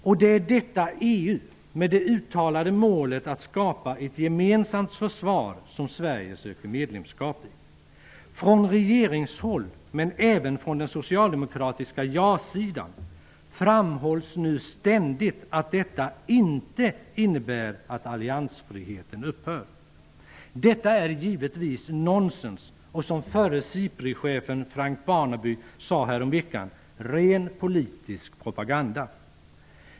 Och det är detta EU -- med det uttalade målet att skapa ett gemensamt försvar -- som Sverige söker medlemskap i. Från regeringshåll, men även från den socialdemokratiska ja-sidan, framhålls nu ständigt att detta inte innebär att alliansfriheten upphör. Detta är givetvis nonsens och, som förre Siprichefen Frank Barnaby sade häromveckan, ''ren politisk propaganda''.